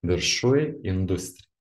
viršuj industrija